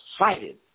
excited